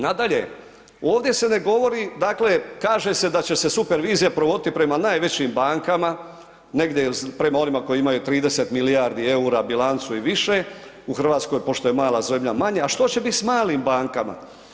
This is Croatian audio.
Nadalje, ovdje se ne govori dakle kaže se da će se supervizija provoditi prema najvećim bankama, negdje prema onima koji imaju 30 milijardi eura bilancu i više, u Hrvatskoj pošto je mala zemlja manje a što će biti s malim bankama?